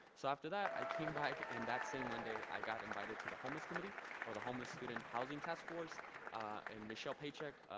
so after that i came back and that same monday i got invited to the homeless committee or the homeless student housing task force and michelle paycheck,